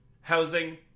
housing